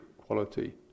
quality